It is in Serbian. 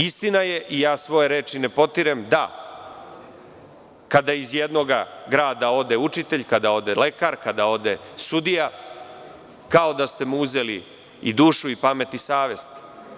Istina je, i ja svoje reči ne potirem, da, kada iz jednoga grada ode učitelj, kada ode lekar, kada ode sudija, kao da ste mu uzeli i dušu i pamet i savest.